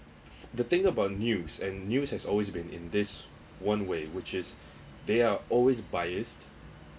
the thing about news and news has always been in this one way which is they are always biased